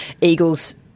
Eagles